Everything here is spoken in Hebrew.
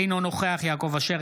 אינו נוכח יעקב אשר,